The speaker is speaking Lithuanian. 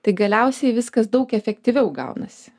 tai galiausiai viskas daug efektyviau gaunasi